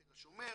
בתל השומר,